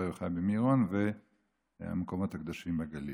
יוחאי במירון והמקומות הקדושים בגליל.